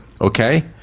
okay